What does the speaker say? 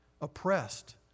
oppressed